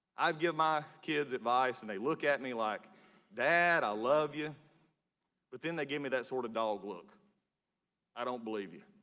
i give my kids advice and they look at me like dad i love you but then they give me that sort of doll ah look. like i don't believe you.